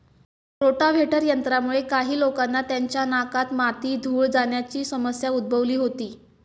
rotavator यंत्रामुळे काही लोकांना त्यांच्या नाकात माती, धूळ जाण्याची समस्या उद्भवली होती